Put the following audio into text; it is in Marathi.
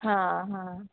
हां हां